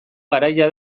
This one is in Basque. garaia